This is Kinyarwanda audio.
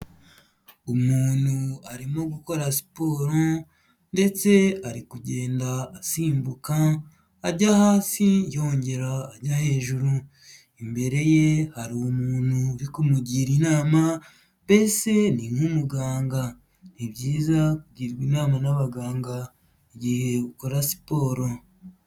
Umuntu arimo gukora siporo ndetse ari kugenda asimbuka, ajya hasi, yongera ajya hejuru. Imbere ye hari umuntu uri kumugira inama, mbese ni nk'umuganga. Ni byiza kugirwa inama n'abaganga igihe ukora siporo.